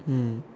hmm